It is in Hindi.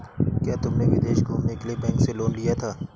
क्या तुमने विदेश घूमने के लिए बैंक से लोन लिया था?